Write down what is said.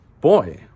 Boy